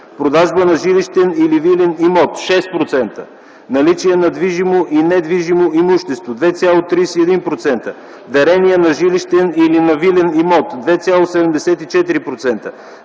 продажба на жилищен или вилен имот – 6%; наличие на движимо и недвижимо имущество – 2,31%; дарение на жилищен или на вилен имот – 2,74%;